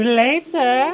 later